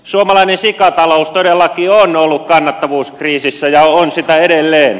suomalainen sikatalous todellakin on ollut kannattavuuskriisissä ja on siinä edelleen